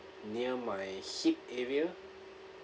near my hip area